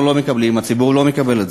אנחנו לא מקבלים, הציבור לא מקבל.